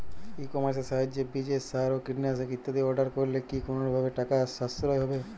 ই কমার্সের সাহায্যে বীজ সার ও কীটনাশক ইত্যাদি অর্ডার করলে কি কোনোভাবে টাকার সাশ্রয় হবে?